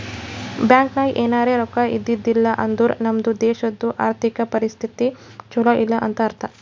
bank ನಾಗ್ ಎನಾರೇ ರೊಕ್ಕಾ ಇದ್ದಿದ್ದಿಲ್ಲ ಅಂದುರ್ ನಮ್ದು ದೇಶದು ಆರ್ಥಿಕ್ ಪರಿಸ್ಥಿತಿ ಛಲೋ ಇಲ್ಲ ಅಂತ ಅರ್ಥ